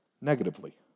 negatively